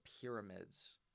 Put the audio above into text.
pyramids